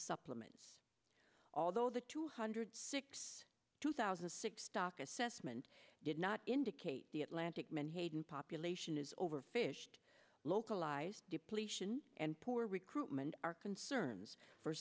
supplements although the two hundred six two thousand and six stock assessment did not indicate the atlantic menhaden population is overfished localised depletion and poor recruitment are concerns for